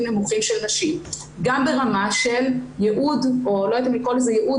נמוכים של נשים גם ברמה של לא יודעת אם לקרוא לזה ייעוד